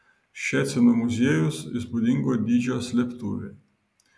ščecino muziejus įspūdingo dydžio slėptuvė